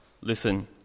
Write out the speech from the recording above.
listen